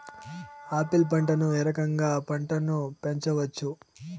Apple పంటను ఏ రకంగా అ పంట ను పెంచవచ్చు?